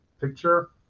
picture